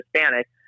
Hispanic